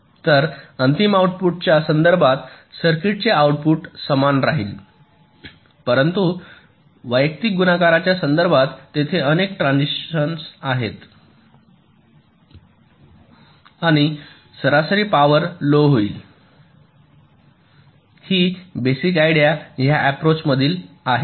तर अंतिम आउटपुटच्या संदर्भात सर्किटचे आउटपुट समान राहील परंतु वैयक्तिक गुणाकारांच्या संदर्भात तेथे अनेक ट्रान्झिशन आहेत आणि सरासरी पॉवर वापर लो होईल ही बेसिक आयडिया ह्या अँप्रोच मधील आहे